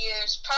years